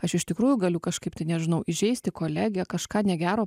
aš iš tikrųjų galiu kažkaip tai nežinau įžeisti kolegę kažką negero